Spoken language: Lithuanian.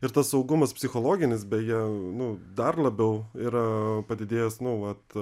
ir tas saugumas psichologinis beje nu dar labiau yra padidėjęs nu vat